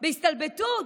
בהסתלבטות.